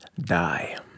die